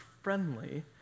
Friendly